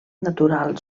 natural